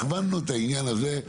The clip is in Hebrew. הכוונו את העניין הזה,